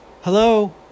Hello